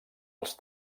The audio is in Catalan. els